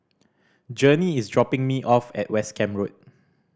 Journey is dropping me off at West Camp Road